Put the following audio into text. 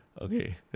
okay